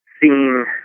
seeing